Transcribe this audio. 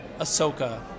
Ahsoka